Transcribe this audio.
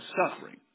suffering